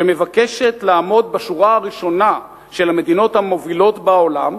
שמבקשת לעמוד בשורה הראשונה של המדינות המובילות בעולם,